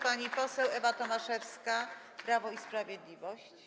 Pani poseł Ewa Tomaszewska, Prawo i Sprawiedliwość.